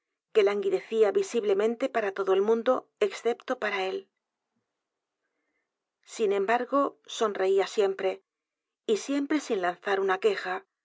que languidecía visiblemente para todo el mundo excepto para él sin embargo sonreía siempre y siempre sin lanzar una queja